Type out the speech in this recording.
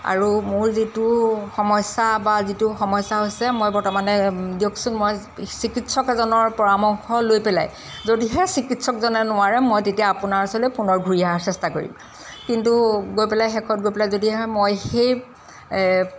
আৰু মোৰ যিটো সমস্যা বা যিটো সমস্যা হৈছে মই বৰ্তমানে দিয়কচোন মই চিকিৎসক এজনৰ পৰামৰ্শ লৈ পেলাই যদিহে চিকিৎসকজনে নোৱাৰে মই তেতিয়া আপোনাৰ ওচৰলৈ পুনৰ ঘূৰি অহাৰ চেষ্টা কৰিম কিন্তু গৈ পেলাই শেষত গৈ পেলাই যদিহে মই সেই